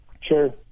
Sure